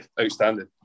outstanding